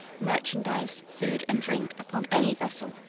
merchandise, food, and drink upon any vessel,